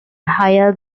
higher